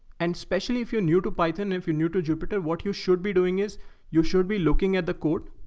and especially if you're new to python, if you new to jupyter, what you should be doing is you should be looking at the code.